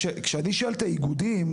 כשאני שואל את האיגודים,